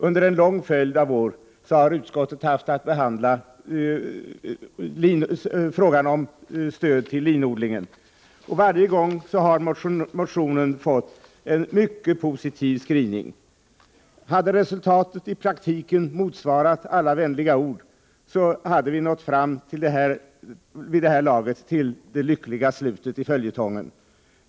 Under en lång följd av år har utskottet haft att behandla frågan om stöd till linodlingen. Varje gång har motionen fått en mycket positiv skrivning. Hade resultatet i praktiken motsvarat alla vänliga ord, hade vi nu nått fram till det lyckliga slutet på följetongen.